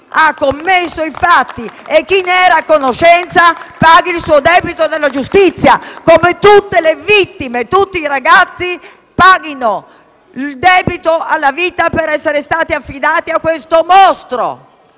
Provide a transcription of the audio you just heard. ha commesso i fatti e chi ne era a conoscenza paghi il suo debito con la giustizia, come tutte le vittime, tutti i ragazzi hanno pagato per essere stati affidati a questo mostro.